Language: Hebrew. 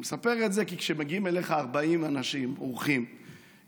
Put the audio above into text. אני מספר את זה כי כשמגיעים אליך 40 אנשים אורחים לסעודות,